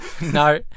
No